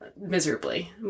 miserably